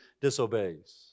disobeys